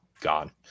gone